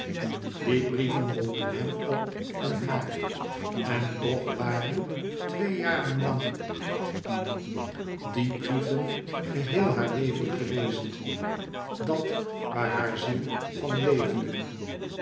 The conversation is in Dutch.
die brieven wonden hem op en haar en toch waren twee jaren lang die brieven geheel haar leven geweest dat waar haar ziel van leefde